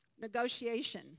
Negotiation